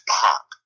pop